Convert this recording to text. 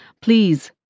please